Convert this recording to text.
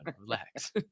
Relax